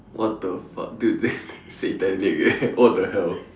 what the fuck dude that's satanic eh what the hell